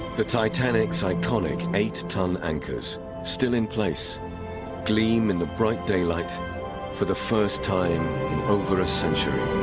the titanic's iconic eight-ton anchors still in place gleam in the bright daylight for the first time in over a century.